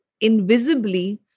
invisibly